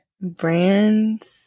brands